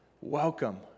welcome